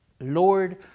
Lord